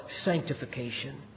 sanctification